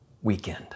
weekend